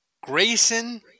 Grayson